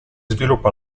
sviluppa